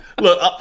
Look